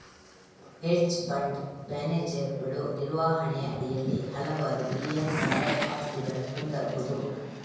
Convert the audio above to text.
hedge fund ಮ್ಯಾನೇಜರುಗಳು ನಿರ್ವಹಣೆಯ ಅಡಿಯಲ್ಲಿ ಹಲವಾರು ಬಿಲಿಯನ್ ಡಾಲರ್ ಆಸ್ತಿಗಳನ್ನು ಹೊಂದಬಹುದು